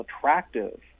attractive